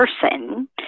person